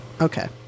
Okay